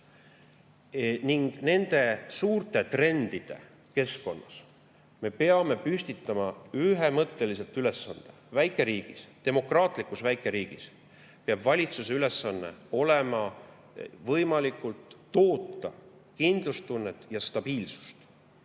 Nende suurte trendide keskkonnas me peame püstitama ühemõtteliselt ülesande: väikeriigis, demokraatlikus väikeriigis peab valitsuse ülesanne olema toota, nii palju kui võimalik, kindlustunnet ja stabiilsust.